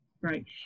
right